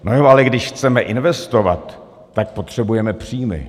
No jo, ale když chceme investovat, tak potřebujeme příjmy.